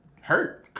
hurt